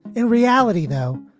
in reality, though,